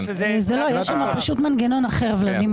ולדימיר, יש שם מגנון אחר.